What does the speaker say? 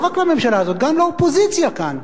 לא רק לממשלה הזאת, גם לאופוזיציה כאן.